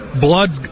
Blood's